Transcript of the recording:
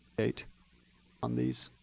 date on these,